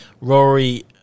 Rory